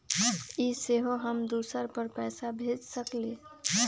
इ सेऐ हम दुसर पर पैसा भेज सकील?